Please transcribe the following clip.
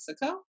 Mexico